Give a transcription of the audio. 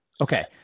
Okay